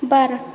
बार